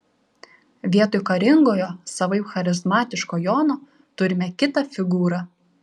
vietoj karingojo savaip charizmatiško jono turime kitą figūrą